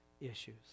issues